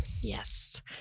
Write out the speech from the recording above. Yes